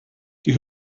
die